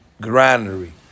granary